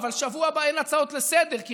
אבל בשבוע הבא אין הצעות לסדר-היום,